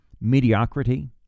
mediocrity